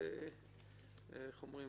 איך אומרים,